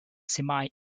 semi